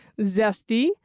zesty